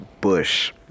bush